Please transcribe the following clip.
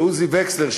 ועוזי וכסלר,